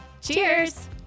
Cheers